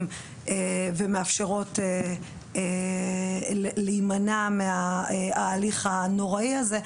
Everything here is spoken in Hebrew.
ומאפשרות להימנע מההליך הנוראי הזה,